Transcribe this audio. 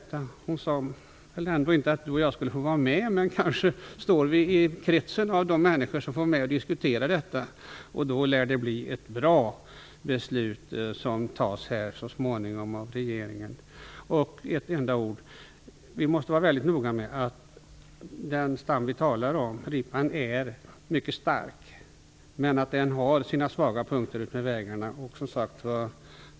Jordbruksministern sade väl inte att Gudrun Lindvall och jag skulle få vara med, men kanske finns vi i den krets som får vara med och diskutera detta. I så fall lär det bli ett bra beslut som så småningom tas av regeringen. Vi måste vara väldigt noga med att framhålla att ripstammen är mycket stark, men den har sin svaga punkter utmed vägarna.